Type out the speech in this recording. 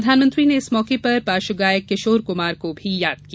प्रधानमंत्री ने इस मौके पर पार्श्वगायक किशोर कुमार को याद किया